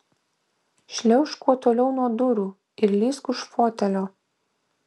šliaužk kuo toliau nuo durų ir lįsk už fotelio